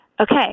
Okay